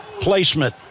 placement